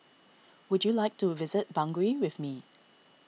would you like to visit Bangui with me